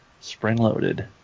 spring-loaded